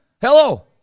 Hello